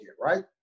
right